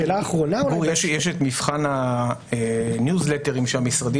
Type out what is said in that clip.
זו שאלה מצוינת שהעלה גור בישיבה שלנו.